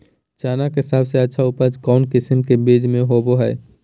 चना के सबसे अच्छा उपज कौन किस्म के बीच में होबो हय?